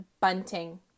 Bunting